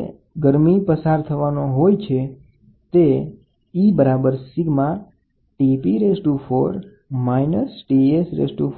આપણે જાણીએ છીએ કે નોન બ્લેક બોડી દ્વારા ઉત્સર્જિત થતી ઊર્જા નીચેના સમીકરણ થી આપી શકાય E eσTa⁴ તેથી જ eTa⁴ T⁴ આ સમીકરણ ની મદદ વડે Ta